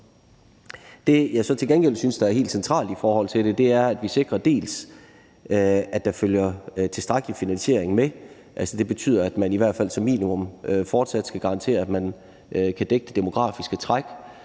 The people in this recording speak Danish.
Det, jeg så til gengæld synes er helt centralt i forhold til det, er, at vi sikrer, dels at der følger tilstrækkelig finansiering med, hvilket betyder, at man i hvert fald som minimum fortsat skal garantere, at man kan dække det demografiske træk,